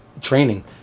training